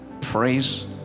praise